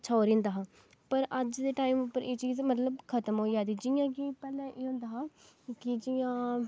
हा रैहंदा हा पर अज्ज दे टाइम पर एह् चीज मतलब खत्म होई जा रदी जि'यां कि पैह्लें एह् होंदा हा कि जि'यां